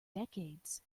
decades